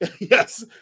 Yes